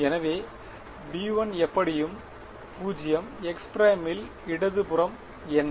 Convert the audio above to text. எனவே B1 எப்படியும் 0 x 'இல் இடது புறம் என்ன